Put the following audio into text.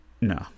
No